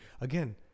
Again